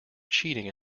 cheating